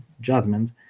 judgment